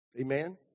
Amen